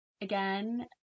again